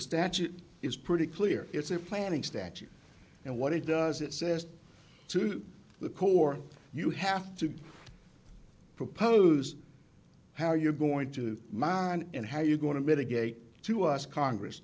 statute is pretty clear it's a planning statute and what it does it says to the core you have to propose how you're going to mine and how you're going to mitigate to us congress